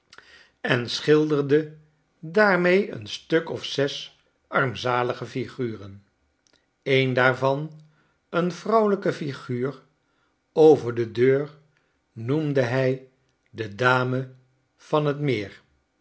en schilderde daarmee een stuk of zes armzalige figuren een daarvan een vrouwelijke flguur over de deur noemde hij de dame van j t meer